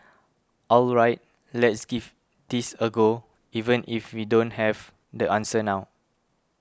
all right let's just give this a go even if we don't have the answer now